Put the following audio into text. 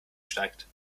steigt